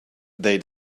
they